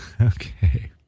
Okay